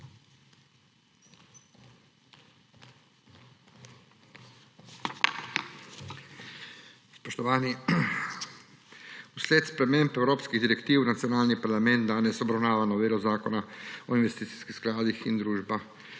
Spoštovani! Zaradi sprememb evropskih direktiv nacionalni parlament danes obravnava novelo Zakona o investicijskih skladih in družbah